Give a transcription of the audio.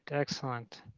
excellent.